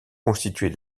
constitués